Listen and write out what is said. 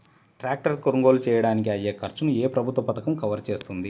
Tractor కొనుగోలు చేయడానికి అయ్యే ఖర్చును ఏ ప్రభుత్వ పథకం కవర్ చేస్తుంది?